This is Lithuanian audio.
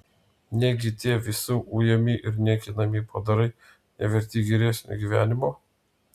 negi tie visų ujami ir niekinami padarai neverti geresnio gyvenimo